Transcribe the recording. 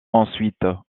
ensuite